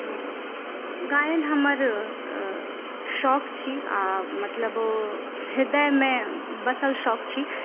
गायन हमर शोक छी आ मतलब हृदयमे बसल शौक छी